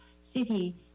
city